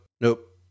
Nope